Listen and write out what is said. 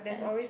okay